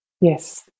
Yes